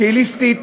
שהיא אליטיסטית,